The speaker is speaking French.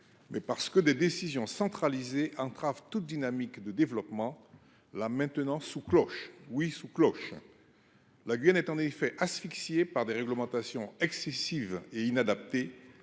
mais parce que des décisions centralisées entravent toute dynamique de développement, maintenant la Guyane sous cloche. La Guyane est en effet asphyxiée par des réglementations excessives et inadaptées,